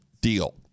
deal